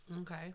Okay